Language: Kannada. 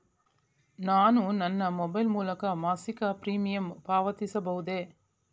ನಾನು ನನ್ನ ಮೊಬೈಲ್ ಮೂಲಕ ಮಾಸಿಕ ಪ್ರೀಮಿಯಂ ಪಾವತಿಸಬಹುದೇ?